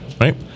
right